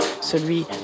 Celui